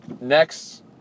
Next